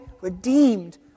redeemed